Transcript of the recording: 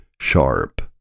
sharp